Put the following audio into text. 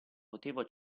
potevo